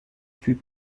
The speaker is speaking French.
fut